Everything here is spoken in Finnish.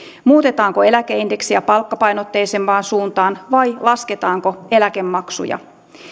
muutetaanko eläkeindeksiä palkkapainotteisempaan suuntaan vai lasketaanko eläkemaksuja